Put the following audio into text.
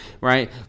right